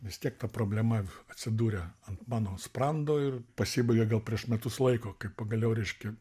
vis tiek ta problema atsidūrė ant mano sprando ir pasibaigė gal prieš metus laiko kai pagaliau reiškia